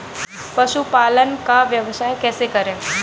पशुपालन का व्यवसाय कैसे करें?